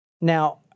Now